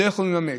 לא יכולים לממש.